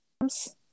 yes